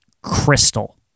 Crystal